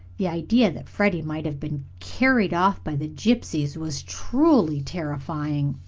the idea that freddie might have been carried off by the gypsies was truly terrifying.